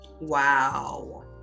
Wow